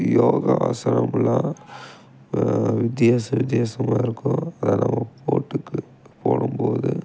யோகாசனமெலாம் வித்தியாச வித்தியாசமாக இருக்கும் அதை நம்ம போட்டுக்கு போடும் போது